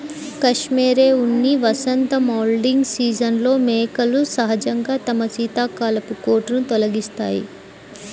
cashmere ఉన్ని వసంత moulting సీజన్లో మేకలు సహజంగా తమ శీతాకాలపు కోటును తొలగిస్తాయి